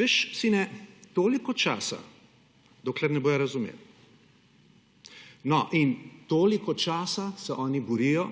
»Veš, sine, toliko časa dokler ne bodo razumeli.« No in toliko časa se oni borijo,